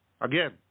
again